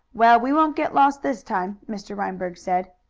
well, we won't get lost this time, mr. reinberg said.